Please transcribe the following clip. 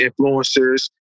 influencers